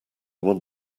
want